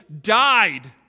died